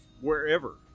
wherever